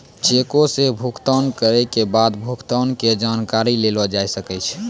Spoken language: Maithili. चेको से भुगतान करै के बाद भुगतान के जानकारी लेलो जाय सकै छै